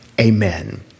amen